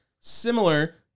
similar